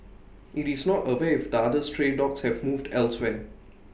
IT is not aware if the other stray dogs have moved elsewhere